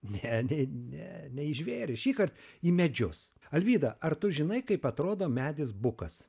netgi ne nei žvėrys šįkart į medžius alvydą ar tu žinai kaip atrodo medis bukas